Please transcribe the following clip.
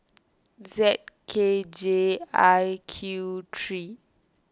Z K J I Q three